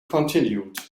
continued